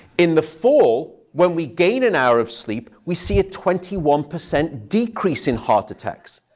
in the fall, when we gain an hour of sleep, we see a twenty one percent decrease in heart attacks.